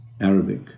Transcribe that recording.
Arabic